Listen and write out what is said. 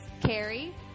Carrie